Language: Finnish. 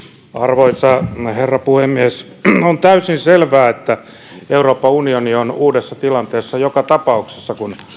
arvoisa herra puhemies on täysin selvää että euroopan unioni on uudessa tilanteessa joka tapauksessa kun